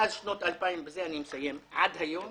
הם שמאז שנות ה-2000 ועד היום